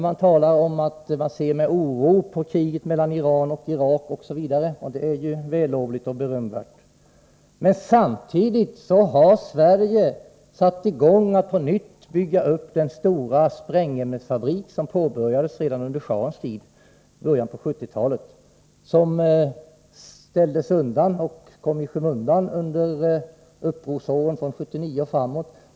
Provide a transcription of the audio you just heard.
Man talar om att man ser med oro på kriget mellan Iran och Irak osv. Och det är vällovligt och berömvärt. Men samtidigt har Sverige på nytt satt i gång att bygga upp den stora sprängämnesfabrik som påbörjades redan under shahens tid, i början av 1970-talet. Den kom i skymundan då arbetet stod stilla under upprorsåren från 1979 och framåt.